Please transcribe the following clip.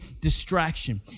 distraction